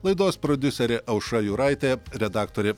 laidos prodiuserė aušra juraitė redaktorė